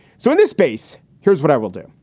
so in this space. here's what i will do.